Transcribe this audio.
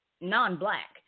non-black